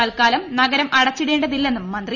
തൽക്കാലം നഗരം അടച്ചിടേണ്ടതില്ലെന്നും മന്ത്രി